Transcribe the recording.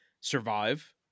survive